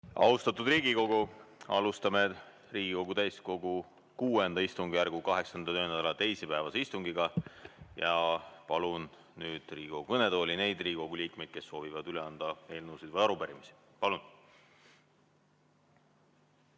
Austatud Riigikogu! Alustame Riigikogu täiskogu VI istungjärgu 8. töönädala teisipäevast istungit. Palun Riigikogu kõnetooli neid Riigikogu liikmeid, kes soovivad üle anda eelnõusid või arupärimisi. Palun!